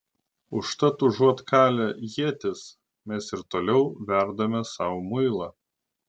užtat užuot kalę ietis mes ir toliau verdame sau muilą